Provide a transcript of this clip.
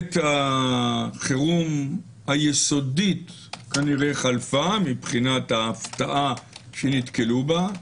עת החירום היסודית כנראה חלפה מבחינת ההפתעה שנתקלו בה,